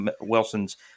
Wilson's